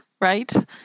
right